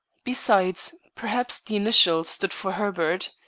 besides, perhaps the initial stood for herbert.